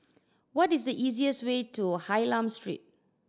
what is the easiest way to Hylam Street